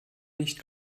nicht